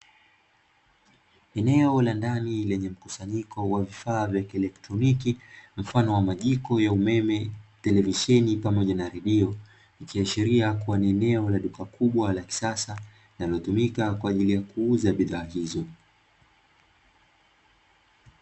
Eneo la ndani lenye mkusanyiko wa vifaa vya kielektroniki, mfano wa majiko ya umeme, televisheni pamoja na redio. Ikiashiria kuwa ni eneo la duka kubwa la kisasa, linalotumika kwa ajili ya kuuza bidhaa hizo.